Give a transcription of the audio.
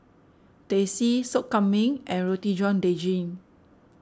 Teh C Sop Kambing and Roti John Daging